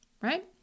Right